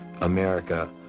America